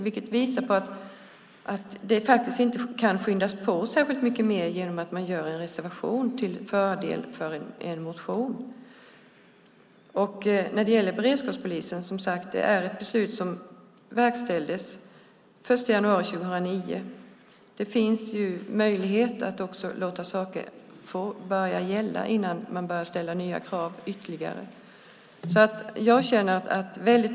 Det visar att det faktiskt inte kan skyndas på särskilt mycket mer genom att man skriver en reservation till fördel för en motion. Beslutet om beredskapspolisen verkställdes den 1 januari 2009. Det finns ju möjlighet att låta saker få börja gälla innan man börjar ställa ytterligare nya krav.